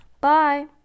Bye